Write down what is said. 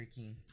freaking